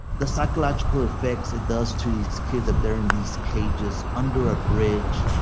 the psychological effects it does to these kids that they are in these cages under a bridge.